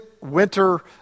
winter